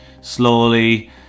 slowly